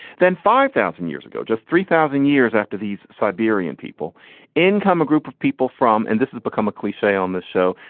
then five thousand years ago, just three thousand years after these siberian people income a group of people from and this has become a cliche on the show.